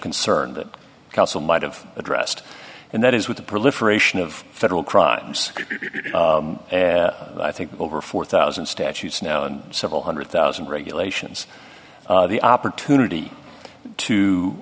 concern that council might have addressed and that is with the proliferation of federal crimes i think over four thousand statutes now and several hundred thousand regulations the opportunity to